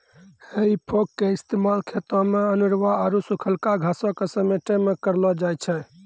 हेइ फोक के इस्तेमाल खेतो मे अनेरुआ आरु सुखलका घासो के समेटै मे करलो जाय छै